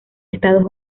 estados